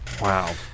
Wow